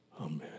Amen